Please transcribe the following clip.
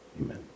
Amen